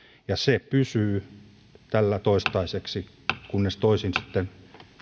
ja se pysyy täällä toistaiseksi kunnes toisin sitten